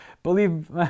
Believe